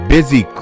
Busy